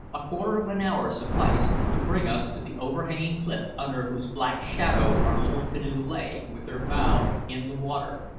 a quarter of an hour sufficed to bring us to the overhanging cliff under whose black shadow our little canoe lay, with her bow in the water,